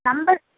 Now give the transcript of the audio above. number